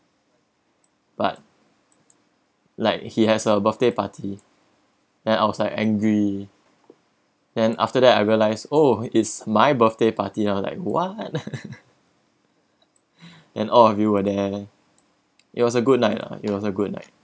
but like he has a birthday party then I was like angry then after that I realize oh it's my birthday party I'm like [what] then all of you were there it was a good night lah it was a good night